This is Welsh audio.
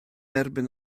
erbyn